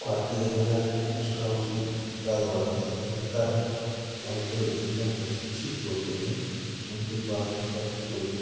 quality रहेगा उसका उसी का वर्णन किया जाता है और जो एकदम प्रशिक्षित होते हैं उनके क्वालिटी का तो कोई